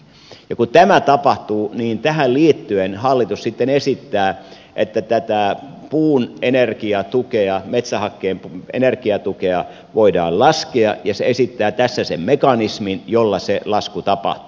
ja kun tämä tapahtuu niin tähän liittyen hallitus sitten esittää että tätä puun metsähakkeen energiatukea voidaan laskea ja esittää tässä sen mekanismin jolla se lasku tapahtuu